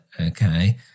okay